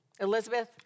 Elizabeth